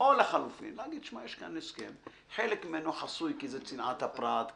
לחלופין אתה יכול להגיד: יש כאן הסכם שחלק ממנו חסוי כי זה צנעת הפרט,